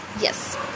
yes